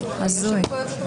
אחרי ההצבעה.